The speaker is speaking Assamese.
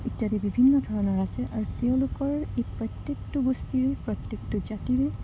ইত্যাদি বিভিন্ন ধৰণৰ আছে আৰু তেওঁলোকৰ এই প্ৰত্যেকটো গোষ্ঠীৰ প্ৰত্যেকটো জাতিৰ